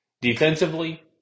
Defensively